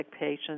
patients